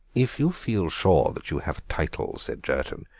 if you feel sure that you have a title, said jerton,